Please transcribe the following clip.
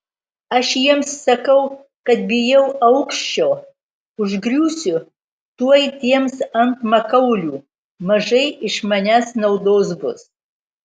aš jiems sakau kad bijau aukščio užgriūsiu tuoj tiems ant makaulių mažai iš manęs naudos bus